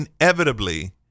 inevitably